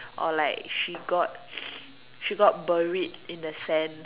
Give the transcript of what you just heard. or like she got she got buried in the sand